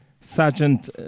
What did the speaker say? Sergeant